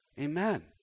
Amen